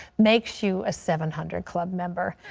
makes you a seven hundred club member.